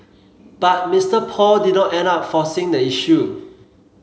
but Mister Paul did not end up forcing the issue